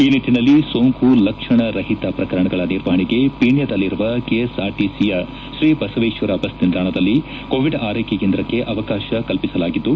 ಈ ನಿಟ್ಟನಲ್ಲಿ ಸೋಂಕು ಲಕ್ಷಣ ರಹಿತ ಶ್ರಕರಣಗಳ ನಿರ್ವಹಣೆಗೆ ಪೀಣ್ಯದಲ್ಲಿರುವ ಕೆಎಸ್ಆರ್ಟಿಸಿಯ ಶ್ರೀ ಬಸವೇಶ್ವರ ಬಸ್ ನಿಲ್ದಾಣದಲ್ಲಿ ಕೋವಿಡ್ ಆರೈಕೆ ಕೇಂದ್ರಕ್ಕೆ ಅವಕಾಶ ಕಲ್ಪಿಸಲಾಗಿದ್ದು